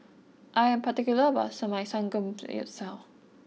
I am particular about my Samgeyopsal